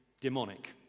demonic